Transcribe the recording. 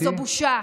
וזאת בושה.